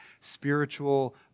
spiritual